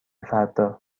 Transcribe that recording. فردا